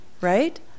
right